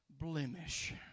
blemish